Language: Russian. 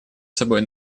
собой